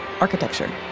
architecture